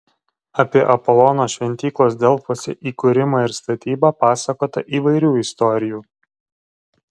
apie apolono šventyklos delfuose įkūrimą ir statybą pasakota įvairių istorijų